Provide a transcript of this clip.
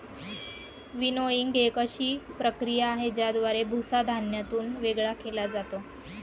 winnowing एक अशी प्रक्रिया आहे, ज्याद्वारे भुसा धान्यातून वेगळा केला जातो